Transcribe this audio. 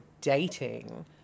dating